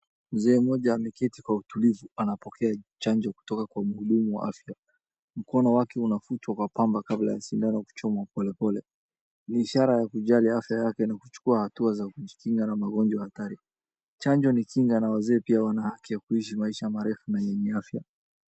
Mzee mmoja ameketi kwa utulivu anapokea chanjo kutoka kwa mhudumu wa afya. Mkono wake unafutwa kwa pamba kabla ya sindano kuchongwa polepole. Ni ishara ya kujali afya yake na kuchukua hatua za kujikinga na magonjwa hatari. Chanjo ni kinga na wazee pia wana haki ya kuishi maisha marefu na yenye afya.